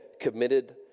committed